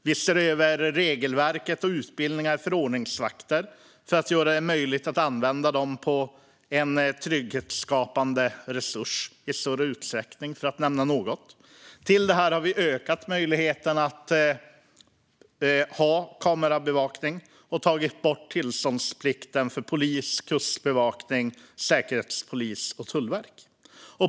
Vi ser över regelverket och utbildningar för ordningsvakter för att göra det möjligt att använda dem som en trygghetsskapande resurs i större utsträckning - för att nämna något. Till detta har vi ökat möjligheten att ha kamerabevakning och tagit bort tillståndsplikten för polis, kustbevakning, säkerhetspolis och tullverk.